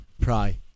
Pry